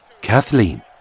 Kathleen